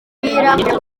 kugirango